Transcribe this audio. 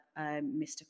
Mr